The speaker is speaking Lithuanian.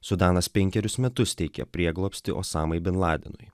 sudanas penkerius metus teikė prieglobstį osamai bin ladenui